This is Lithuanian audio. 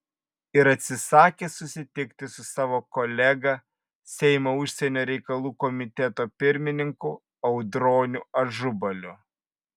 ir atsisakė susitikti su savo kolega seimo užsienio reikalų komiteto pirmininku audroniu ažubaliu